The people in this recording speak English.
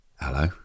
Hello